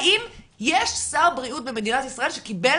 האם יש שר בריאות במדינת ישראל שקיבל